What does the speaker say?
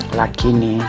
lakini